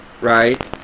right